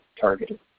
targeted